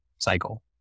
cycle